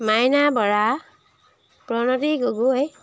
Maina Bora Pranati Gogoi